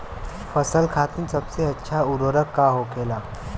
फसल खातीन सबसे अच्छा उर्वरक का होखेला?